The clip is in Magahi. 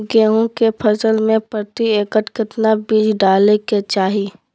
गेहूं के फसल में प्रति एकड़ कितना बीज डाले के चाहि?